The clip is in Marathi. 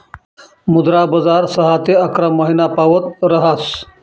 मुद्रा बजार सहा ते अकरा महिनापावत ऱहास